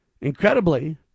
Incredibly